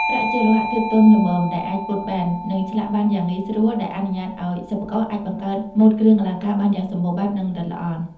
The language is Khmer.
ប្រាក់ជាលោហៈធាតុទន់ល្មមដែលអាចពត់បែន និងឆ្លាក់បានយ៉ាងងាយស្រួល ដែលអនុញ្ញាតឲ្យសិប្បករអាចបង្កើតម៉ូដគ្រឿងអលង្ការបានយ៉ាងសម្បូរបែប និងល្អិតល្អន់។